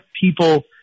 people